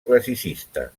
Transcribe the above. classicista